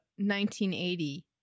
1980